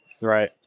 right